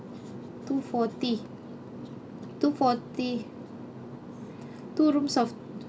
two forty two forty two rooms of